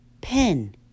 pen